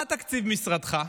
מה תקציב משרדך?